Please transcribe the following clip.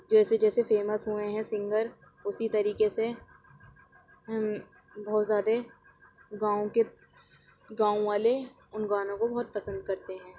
جیسے جیسے فیمس ہوئے ہیں سنگر اسی طریقے سے بہت زیادہ گاؤں کے گاؤں والے ان گانوں کو بہت پسند کرتے ہیں